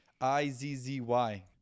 i-z-z-y